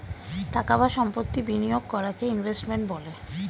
টাকা বা সম্পত্তি বিনিয়োগ করাকে ইনভেস্টমেন্ট বলে